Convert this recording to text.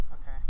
Okay